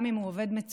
גם אם הוא עובד מצוין,